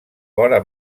vora